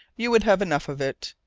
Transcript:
you would have enough of it,